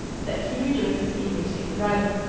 that he rejoices in your safe arrival,